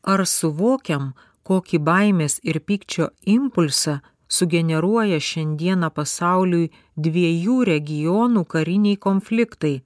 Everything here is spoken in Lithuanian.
ar suvokiam kokį baimės ir pykčio impulsą sugeneruoja šiandieną pasauliui dviejų regionų kariniai konfliktai